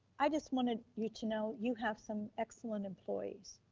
i just wanted you to know you have some excellent employees.